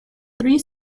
three